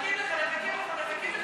הצעת חוק סליקה אלקטרונית של שיקים (תיקון),